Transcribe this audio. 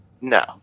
No